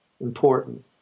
important